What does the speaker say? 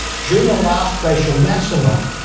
during the last glacial maximum,